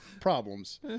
problems